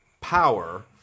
power